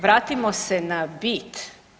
Vratimo se na bit.